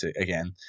again